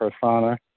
persona